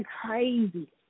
crazy